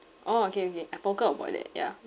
orh okay okay I forgot about that ya